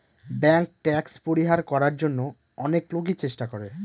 bank tax পরিহার করার জন্য অনেক লোকই চেষ্টা করে